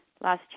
last